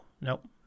nope